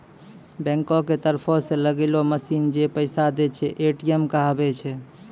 बैंको के तरफो से लगैलो मशीन जै पैसा दै छै, ए.टी.एम कहाबै छै